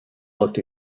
looked